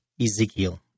Ezekiel